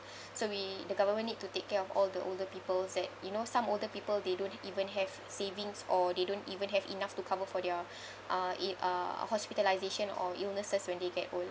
so we the government need to take care of all the older peoples at you know some older people they don't even have savings or they don't even have enough to cover for their uh in uh hospitalization or illnesses when they get old